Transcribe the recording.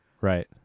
right